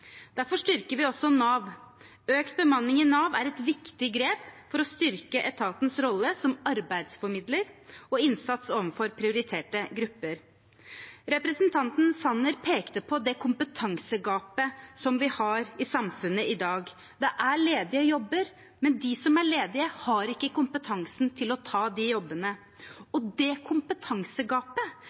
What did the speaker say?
Derfor styrker vi også Nav. Økt bemanning i Nav er et viktig grep for å styrke etatens rolle som arbeidsformidler og innsats overfor prioriterte grupper. Representanten Sanner pekte på det kompetansegapet vi har i samfunnet i dag. Det er ledige jobber, men de som er ledige, har ikke kompetansen til å ta de jobbene – og det